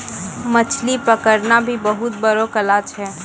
मछली पकड़ना भी बहुत बड़ो कला छै